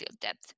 depth